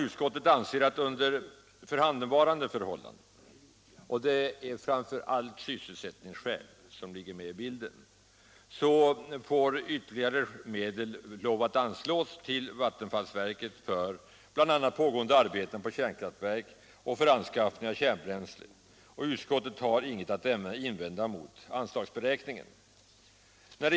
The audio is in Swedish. Utskottet anser att under förhandenvarande förhållanden — det är framför allt sysselsättningsskäl som kommer in i bilden — måste ytterligare medel anslås till vattenfallsverket för bl.a. pågående arbeten på kärnkraftverk och anskaffning av kärnbränsle. Utskottet har inget att invända mot anslagsberäkningen.